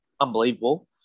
unbelievable